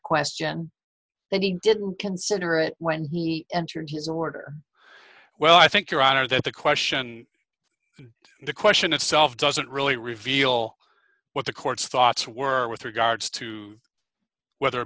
question and he didn't consider it when he entered his order well i think your honor that the question the question itself doesn't really reveal what the court's thoughts were with regards to whether